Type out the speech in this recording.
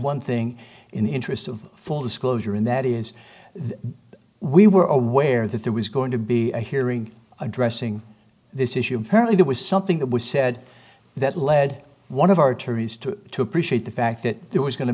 one thing in the interest of full disclosure and that is that we were aware that there was going to be a hearing addressing this issue fairly that was something that we said that led one of our attorneys to appreciate the fact that there was going to